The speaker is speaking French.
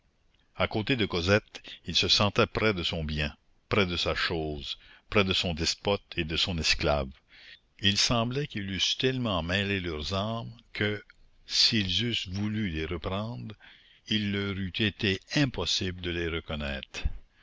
à côté de cosette il se sentait près de son bien près de sa chose près de son despote et de son esclave il semblait qu'ils eussent tellement mêlé leurs âmes que s'ils eussent voulu les reprendre il leur eût été impossible de les reconnaître